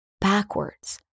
backwards